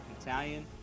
Italian